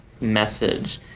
message